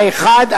האחד,